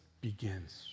begins